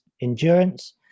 endurance